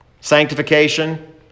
Sanctification